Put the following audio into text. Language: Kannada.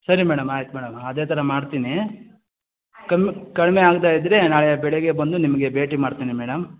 ಸರಿ ಮೇಡಮ್ ಆಯ್ತು ಮೇಡಮ್ ಅದೇ ಥರ ಮಾಡ್ತೀನಿ ಕಮ್ಮಿ ಕಡಿಮೆ ಆಗದೇ ಇದ್ದರೆ ನಾಳೆ ಬೆಳಿಗ್ಗೆ ಬಂದು ನಿಮಗೆ ಭೇಟಿ ಮಾಡ್ತೀನಿ ಮೇಡಮ್